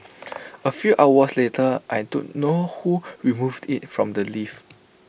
A few hours later I don't know who removed IT from the lift